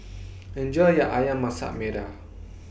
Enjoy your Ayam Masak Merah